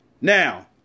Now